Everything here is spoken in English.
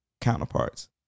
counterparts